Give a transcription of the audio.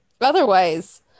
otherwise